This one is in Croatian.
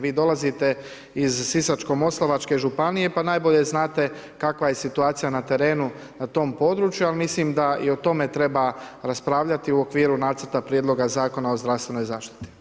Vi dolazite iz sisačko-moslavačke županije pa najbolje znate kakva je situacija na terenu na tom području, ali mislim da i o tome treba raspravljati u okviru nacrta prijedloga Zakona o zdravstvenoj zaštiti.